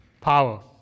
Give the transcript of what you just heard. power